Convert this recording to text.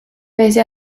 pese